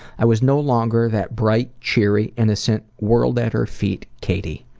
i was no longer that bright, cheery, innocent, world-at-her-feet, katie.